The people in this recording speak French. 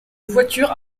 voiture